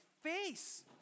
face